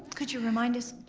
could you remind us,